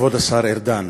כבוד השר ארדן,